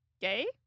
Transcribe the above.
gay